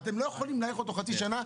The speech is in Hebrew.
אתם לא יכולים להאריך בחצי שנה.